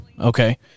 okay